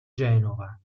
genova